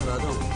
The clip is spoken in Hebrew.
הקרנת סרטון.